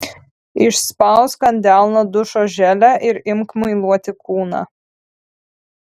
išspausk ant delno dušo želė ir imk muiluoti kūną